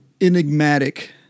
enigmatic